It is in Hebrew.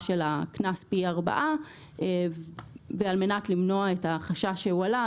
של הקנס פי 4 ועל מנת למנוע את החשש שהועלה,